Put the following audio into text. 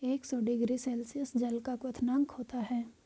एक सौ degree Celsius जल का क्वथनांक होता है